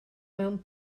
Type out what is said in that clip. mewn